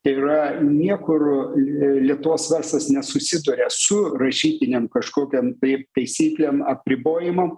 tai yra niekur lietuvos verslas nesusiduria su rašytinėm kažkokiom tai taisyklėm apribojimam